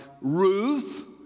Ruth